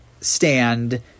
stand